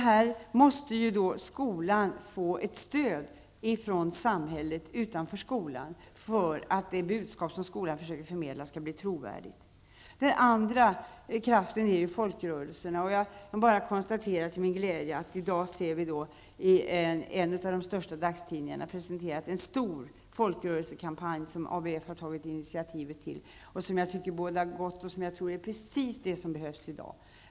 Här måste ju skolan få ett stöd från samhället utanför för att det budskap som skolan försöker förmedla skall bli trovärdigt. Den andra kraften är folkrörelserna. Jag kan till min glädje konstatera att det i dag i en av de största dagstidningarna presenteras en omfattande folkrörelsekampanj som ABF har tagit initiativ till. Det bådar gott, och det är precis vad som behövs i dag.